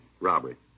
Robbery